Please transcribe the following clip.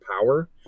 power